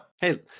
Hey